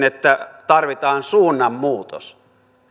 että tarvitaan suunnanmuutos